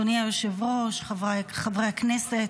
אדוני היושב-ראש, חבריי חברי הכנסת,